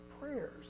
prayers